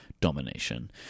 domination